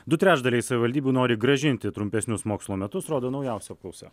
du trečdaliai savivaldybių nori grąžinti trumpesnius mokslo metus rodo naujausia apklausa